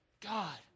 God